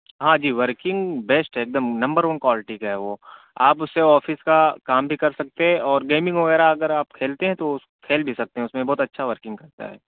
ہاں جی working best ہے ایکدم نمبر ون کوالٹی کا ہے وہ آپ اس سے آفس کا کام بھی کر سکتے ہیں اور گیمنگ وغیرہ اگر آپ کھیلتے ہیں تو اس کھیل بھی سکتے ہیں بہت اچھا ورکنگ کرتا ہے